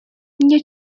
nie